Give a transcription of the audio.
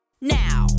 now